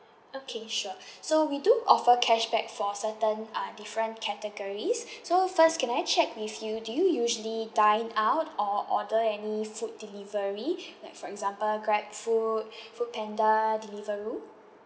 okay sure so we do offer cashback for certain uh different categories so first can I check with you do you usually dine out or order any food delivery like for example grabfood foodpanda deliveroo